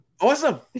Awesome